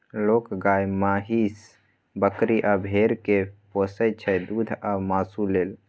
लोक गाए, महीष, बकरी आ भेड़ा केँ पोसय छै दुध आ मासु लेल